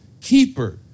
Keeper